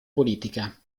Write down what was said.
politica